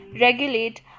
regulate